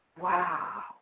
wow